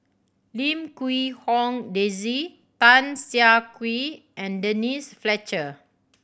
Lim Quee Hong Daisy Tan Siah Kwee and Denise Fletcher